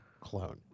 clone